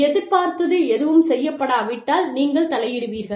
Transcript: எதிர்பார்த்தது எதுவும் செய்யப்படாவிட்டால் நீங்கள் தலையிடுவீர்கள்